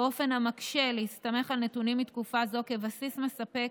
באופן המקשה להסתמך על הנתונים מתקופה זו כבסיס מספק